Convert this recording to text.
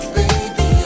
baby